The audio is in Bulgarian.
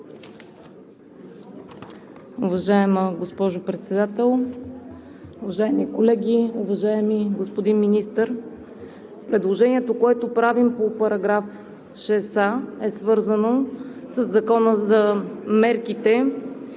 Уважаема госпожо Председател, уважаеми колеги, уважаеми господин Министър! Предложението, което правим по § 6а, е свързано със Закона за мерките.